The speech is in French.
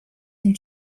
sont